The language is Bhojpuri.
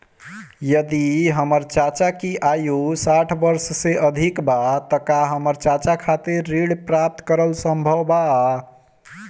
यदि हमर चाचा की आयु साठ वर्ष से अधिक बा त का हमर चाचा खातिर ऋण प्राप्त करल संभव बा